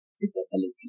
disability